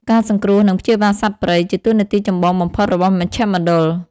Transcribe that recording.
ការសង្គ្រោះ និងព្យាបាលសត្វព្រៃ ជាតួនាទីចម្បងបំផុតរបស់មជ្ឈមណ្ឌល។